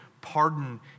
pardon